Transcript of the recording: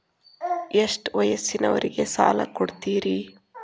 ಎಷ್ಟ ವಯಸ್ಸಿನವರಿಗೆ ಸಾಲ ಕೊಡ್ತಿರಿ?